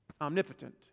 omnipotent